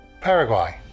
Paraguay